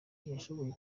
ntiyashoboye